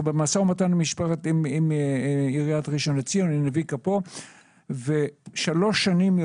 אנחנו במשא ומתן עם עיריית ראשון לציון ושלוש שנים,